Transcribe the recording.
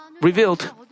revealed